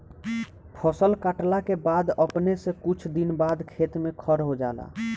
फसल काटला के बाद अपने से कुछ दिन बाद खेत में खर हो जाला